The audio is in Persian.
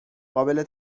قابل